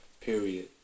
period